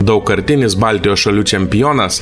daugkartinis baltijos šalių čempionas